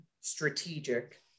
strategic